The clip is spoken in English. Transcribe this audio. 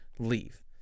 Leave